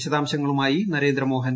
വിശദാംശങ്ങളുമായി നരേന്ദ്രമോഹൻ